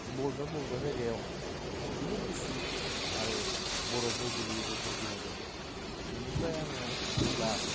बबेबा बबेबा जायगायाव जोबोद गुसु आरो बरफबो गोलैयो बे बमदिला जायगायाव बेनिफ्राय आङो जेब्ला